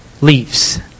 leaves